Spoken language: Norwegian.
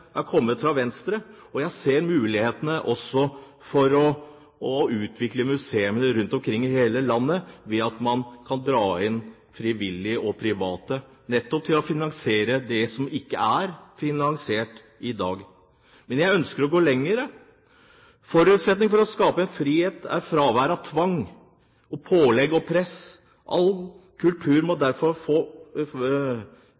kommet fra Venstre, og jeg ser mulighetene for å utvikle museene rundt omkring i hele landet ved at man kan dra inn frivillige og private nettopp til å finansiere det som ikke er finansiert i dag. Men jeg ønsker å gå lenger. En forutsetning for å skape frihet er fravær av tvang, pålegg og press. All kultur må